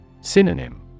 Synonym